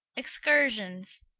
excursions.